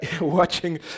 watching